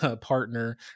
partner